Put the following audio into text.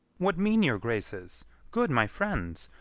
what mean your graces good my friends,